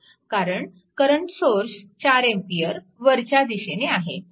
कारण हा current source 4A वरच्या दिशेने आहे